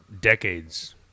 decades